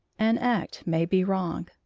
an act may be wrong,